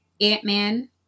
ant-man